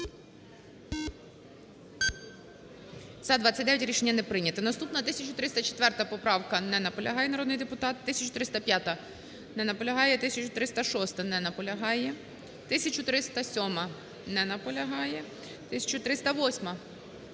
За-29 Рішення не прийнято. Наступна 1304 поправка. Не наполягає народний депутат. 1305-а. Не наполягає. 1306-а. Не наполягає. 1307-а. Не наполягає. 1308-а. Не наполягає.